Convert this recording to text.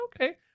okay